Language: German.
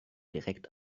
direkt